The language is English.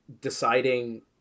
deciding